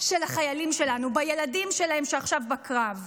של החיילים שלנו, בילדים שלהם שעכשיו בקרב.